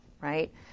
right